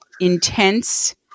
intense